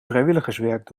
vrijwilligerswerk